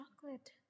Chocolate